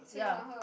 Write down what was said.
ya